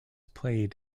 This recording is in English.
played